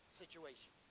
situation